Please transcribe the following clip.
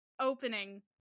opening